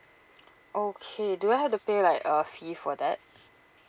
okay do I have to pay like a fee for that